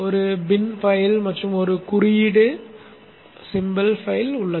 ஒரு bin file மற்றும் ஒரு குறியீடு பைல் உள்ளது